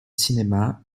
cinéma